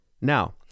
Now